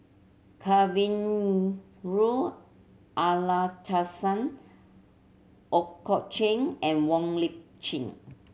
Amallathasan Ooi Kok Chuen and Wong Lip Chin